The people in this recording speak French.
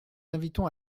invitons